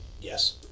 yes